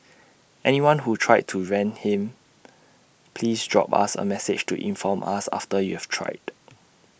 anyone who tried to rent him please drop us A message to inform us after you've tried